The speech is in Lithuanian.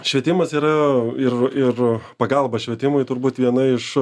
švietimas yra ir ir pagalba švietimui turbūt viena iš